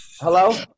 Hello